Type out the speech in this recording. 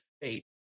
fate